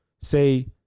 say